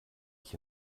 ich